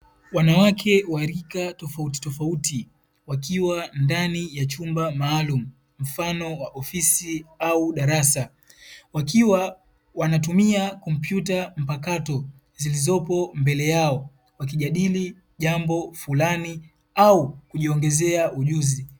Wanawake wa rika tofautitofauti wakiwa ndani ya chumba maalumu mfano wa ofisi au darasa, wakiwa wanatumia kompyuta mpakato zilizopo mbele yao. Wakijadili jambo fulani au kujiongezea ujuzi.